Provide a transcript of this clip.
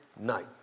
night